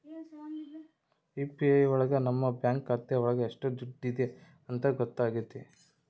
UPI ಒಳಗ ನಮ್ bank ಖಾತೆ ಒಳಗ ಎಷ್ಟ್ ದುಡ್ಡಿದೆ ಅಂತ ಗೊತ್ತಾಗ್ತದೆ